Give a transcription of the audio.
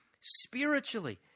spiritually